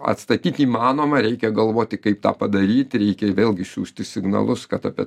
atstatyt įmanoma reikia galvoti kaip tą padaryt reikia vėlgi siųsti signalus kad apie